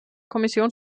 kommission